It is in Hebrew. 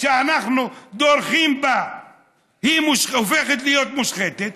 שאנחנו דורכים בה הופכת להיות מושחתת,